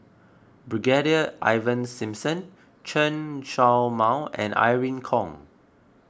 Brigadier Ivan Simson Chen Show Mao and Irene Khong